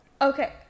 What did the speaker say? Okay